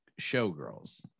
showgirls